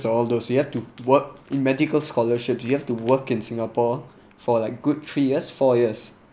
like all those you have to work in medical scholarship you have to work in singapore for like good three years four years